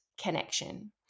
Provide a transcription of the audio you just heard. connection